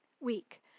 week